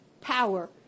power